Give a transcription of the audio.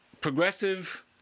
progressive